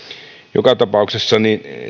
joka tapauksessa